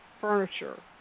furniture